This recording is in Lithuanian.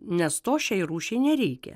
nes to šiai rūšiai nereikia